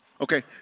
Okay